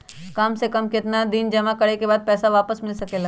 काम से कम केतना दिन जमा करें बे बाद पैसा वापस मिल सकेला?